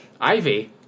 Ivy